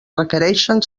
requereixen